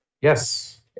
Yes